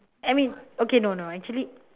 I mean okay no no actually